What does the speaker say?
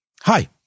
Hi